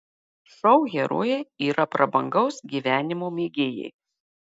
šou herojai yra prabangaus gyvenimo mėgėjai